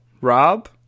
rob